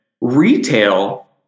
retail